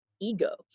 ego